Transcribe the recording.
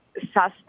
suspect